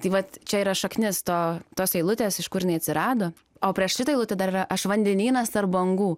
tai vat čia yra šaknis to tos eilutės iš kur jinai atsirado o prieš šitą eilutę dar yra aš vandenynas tarp bangų